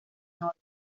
norte